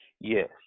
Yes